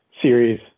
series